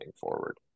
forward